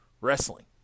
wrestling